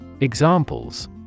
Examples